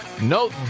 No